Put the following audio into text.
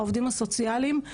העובדים סוציאליים.